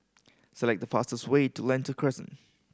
select the fastest way to Lentor Crescent